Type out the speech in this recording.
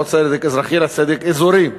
לא צדק אזרחי אלא צדק אזורי.